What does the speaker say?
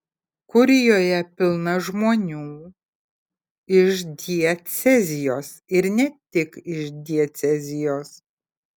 kurijoje pilna žmonių iš diecezijos ir ne tik iš diecezijos